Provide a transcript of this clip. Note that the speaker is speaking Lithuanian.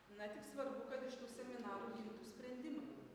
na tik svarbu kad iš tų seminarų gimtų sprendimai